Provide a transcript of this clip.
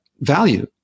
value